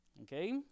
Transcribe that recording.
Okay